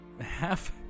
half